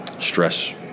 stress